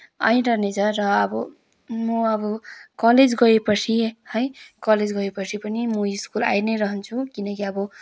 आइरहने छ र अब म अब कलेज गएपछि है कलेज गएपछि पनि म स्कुल आई नै रहन्छु किनकि अब